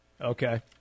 Okay